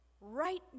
right